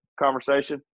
conversation